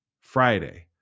Friday